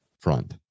front